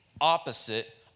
opposite